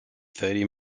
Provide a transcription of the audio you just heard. thirty